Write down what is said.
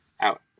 out